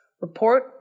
report